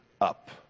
up